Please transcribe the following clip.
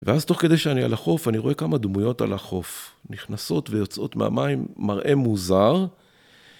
ואז תוך כדי שאני על החוף, אני רואה כמה דמויות על החוף נכנסות ויוצאות מהמים מראה מוזר.